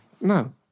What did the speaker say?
No